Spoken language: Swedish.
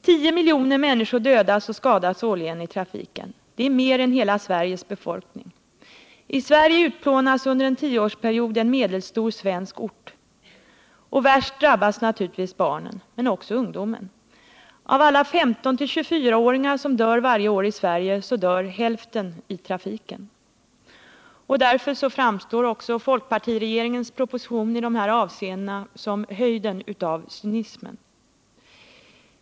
10 miljoner människor dödas och skadas årligen i trafiken — det är mer än hela Sveriges befolkning. I Sverige utplånas under en tioårsperiod en medelstor svensk ort. Värst drabbas naturligtvis barnen men också ungdomen. Av alla 15-24-åringar som dör varje år i Sverige dör hälften i trafiken. Därför framstår folkpartiregeringens proposition i de här avseendena som höjden av cynism.